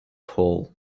hole